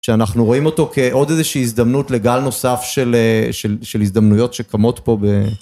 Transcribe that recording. שאנחנו רואים אותו כעוד איזושהי הזדמנות לגל נוסף של הזדמנויות שקמות פה.